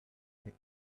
only